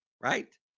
right